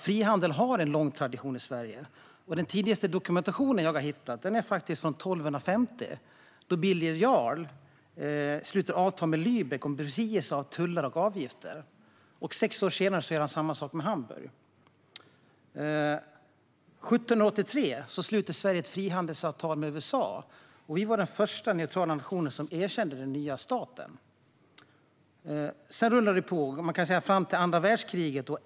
Frihandel har en lång tradition i Sverige. Den tidigaste dokumentation jag har hittat är från 1250, då Birger Jarl slöt avtal med Lübeck om befrielse från tullar och avgifter. Sex år senare gjorde han samma sak med Hamburg. År 1783 slöt Sverige ett frihandelsavtal med USA och blev den första neutrala nation som erkände den nya staten. Sedan rullade det på fram till andra världskriget.